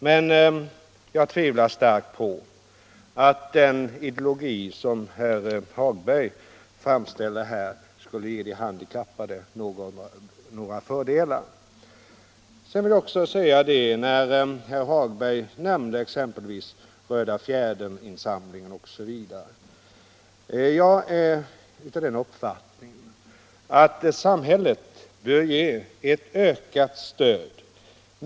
Men jag tvivlar starkt på att den ideologi som herr Hagberg här redovisat skulle ge de handikappade några fördelar. Herr Hagberg nämnde i detta sammanhang bl.a. Röda fjädern-insamlingen. Jag har den uppfattningen att samhället bör ge ett ökat stöd.